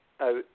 out